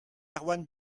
erwann